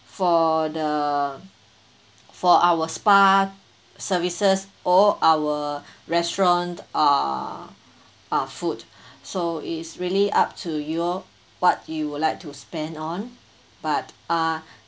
for the for our spa services or our restaurant uh uh food so it's really up to you what you would like to spend on but uh